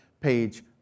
page